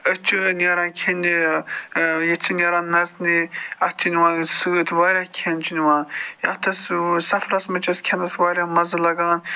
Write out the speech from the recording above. أسۍ چھِ نیران کھیٚنہِ یہِ چھِ نیران نَژنہِ اَتھ چھِ نِوان أسۍ سۭتۍ واریاہ کھیٚن چھِ نِوان اَتھ آ سفرَس منٛز چھِ أسۍ کھیٚنَس واریاہ مَزٕ لَگان